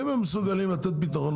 אם הם מסוגלים לתת פתרון,